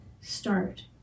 start